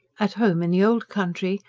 at home, in the old country,